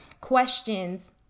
questions